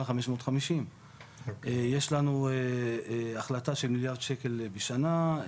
550. יש לנו החלטה של מיליארד שקל בשנה.